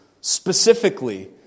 specifically